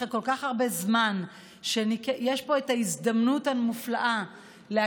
אחרי כל כך הרבה זמן שיש פה את ההזדמנות המופלאה להקים